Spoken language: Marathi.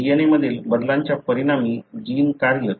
DNA मधील बदलांच्या परिणामी जिन कार्य